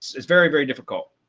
it's very, very difficult.